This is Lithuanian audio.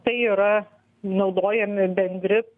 tai yra naudojami bendri